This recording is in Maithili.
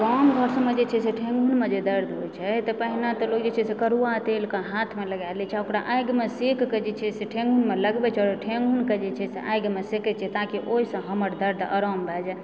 गाम घर सबमे जे छै से ठेहुनमे जे दर्द होइत छै से तऽ पहिने तऽ लोक जे छै करुआ तेलके हाथमे लगाए लए छै आ ओकरा आगिमे सेक कऽ जे छै से ठेहुनमे लगबै छै ठेहुन कऽ जे छै से आगिमे सेकए छै ताकि ओहिसँ हमर दर्द आराम भए जाइत